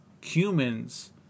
humans